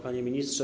Panie Ministrze!